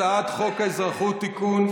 הצעת חוק האזרחות (תיקון,